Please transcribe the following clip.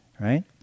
right